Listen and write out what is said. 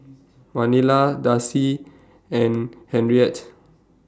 Manilla Darcie and Henriette